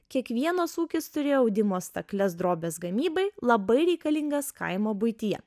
kiekvienas ūkis turėjo audimo stakles drobės gamybai labai reikalingas kaimo buityje